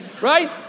right